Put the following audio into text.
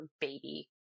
baby